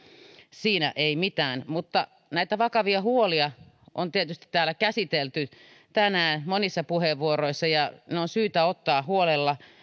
siinä ei mitään mutta näitä vakavia huolia on tietysti täällä käsitelty tänään monissa puheenvuoroissa ja ne on syytä ottaa huolella